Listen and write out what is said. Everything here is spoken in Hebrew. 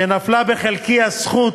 שנפלה בחלקי הזכות